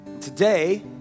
Today